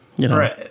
Right